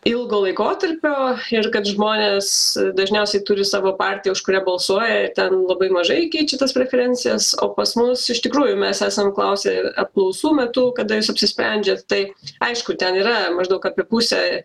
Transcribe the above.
ilgo laikotarpio ir kad žmonės dažniausiai turi savo partiją už kurią balsuoja ten labai mažai keičia tas preferencijas o pas mus iš tikrųjų mes esam klausę ir apklausų metu kada jūs apsisprendžiat tai aišku ten yra maždaug apie pusę